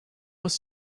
was